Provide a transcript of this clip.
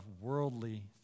worldly